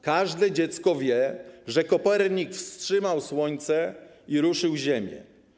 Każde dziecko wie, że Kopernik wstrzymał Słońce i ruszył Ziemię.